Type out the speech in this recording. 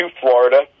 Florida